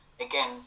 again